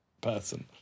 person